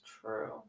true